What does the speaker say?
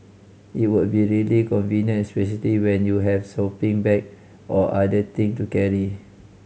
it would be really convenient especially when you have shopping bag or other thing to carry